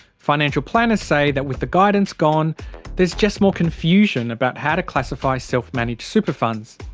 financial planners say that with the guidance gone there's just more confusion about how to classify self-managed super funds.